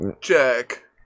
Check